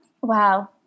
Wow